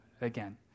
again